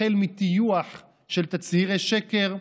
החל מטיוח של תצהירי שקר,